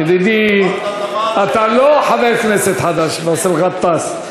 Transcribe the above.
ידידי, אתה לא חבר כנסת חדש, באסל גטאס.